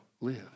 live